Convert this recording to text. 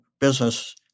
business